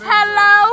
Hello